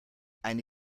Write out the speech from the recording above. eine